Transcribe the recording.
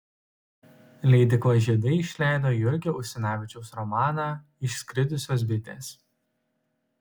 leidykla žiedai išleido jurgio usinavičiaus romaną išskridusios bitės